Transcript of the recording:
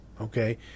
Okay